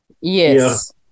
Yes